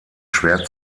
schwer